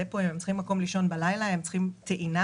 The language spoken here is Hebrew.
מקום לישון בלילה, הם צריכים טעינה.